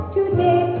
Today